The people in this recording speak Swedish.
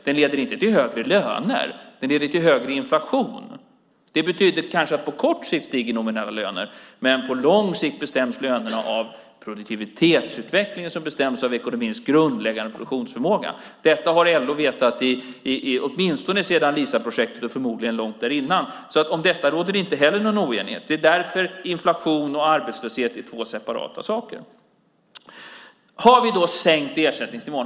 Den leder inte till högre löner. Den leder till högre inflation. Det betyder kanske att nominella löner stiger på kort sikt, men på lång sikt bestäms lönerna av produktivitetsutvecklingen, som i sin tur bestäms av ekonomins grundläggande produktionsförmåga. Det har LO vetat åtminstone sedan LISA-projektet och förmodligen långt dessförinnan. Om detta råder det alltså heller ingen oenighet. Det är därför inflation och arbetslöshet är två separata saker. Har vi då sänkt ersättningsnivån?